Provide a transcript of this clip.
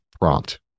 prompt